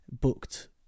booked